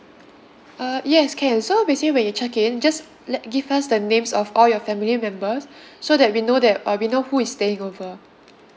uh yes can so basically when you check in just let give us the names of all your family members so that we know that uh we know who is staying over